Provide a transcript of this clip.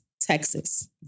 Texas